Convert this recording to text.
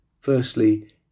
Firstly